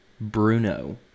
Bruno